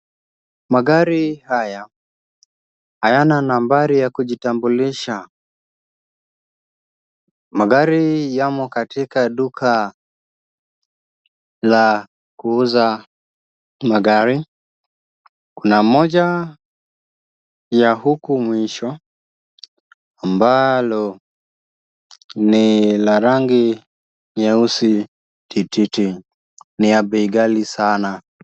Magari haya hayana nambari ya kujitambulisha. Magari yamo katika duka la kuuza magari. Kuna moja la huku mwisho ambalo ni la rangi nyeusi tititi. Ni ya bei ghali sana.